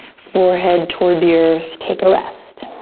forehead toward the earth, take a rest.